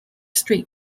street